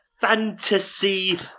fantasy